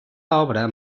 obra